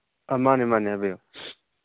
ꯑꯥ ꯃꯥꯅꯤ ꯃꯥꯅꯤ ꯍꯥꯏꯕꯤꯌꯨ